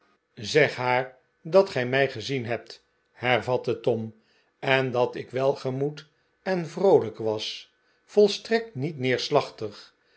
zeg haar dat gij mij gezien hebt hervatte tom en dat ik welgemoed en vroolijk was volstrekt niet neerslachtig